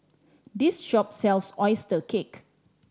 this shop sells oyster cake